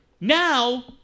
Now